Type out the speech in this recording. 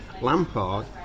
Lampard